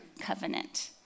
Covenant